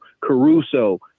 Caruso